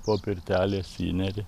po pirtelės įneri